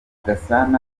gasana